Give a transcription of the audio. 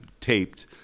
taped